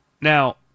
Now